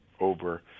over